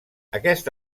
aquest